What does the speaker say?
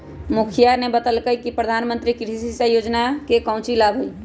मुखिवा ने बतल कई कि प्रधानमंत्री कृषि सिंचाई योजना के काउची लाभ हई?